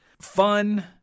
fun